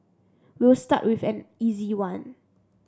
we'll start with an easy one